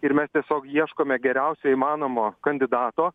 ir mes tiesiog ieškome geriausio įmanomo kandidato